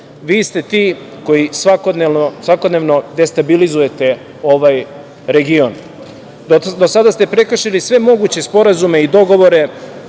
ste ti koji svakodnevno destabilizujete ovaj region. Do sada ste prekršili sve moguće sporazume i dogovore,